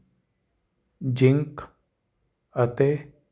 zinc ਅਤੇ